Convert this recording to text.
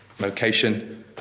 location